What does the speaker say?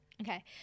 Okay